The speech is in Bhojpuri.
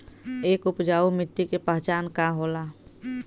एक उपजाऊ मिट्टी के पहचान का होला?